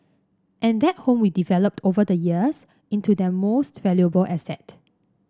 and that home we developed over the years into their most valuable asset